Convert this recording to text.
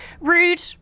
rude